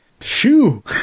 shoo